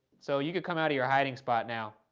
so you could come out of your hiding spot now.